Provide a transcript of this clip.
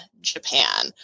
Japan